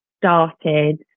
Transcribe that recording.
started